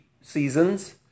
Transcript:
seasons